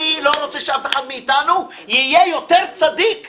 אני לא רוצה שאף אחד מאתנו יהיה יותר צדיק מהאחר.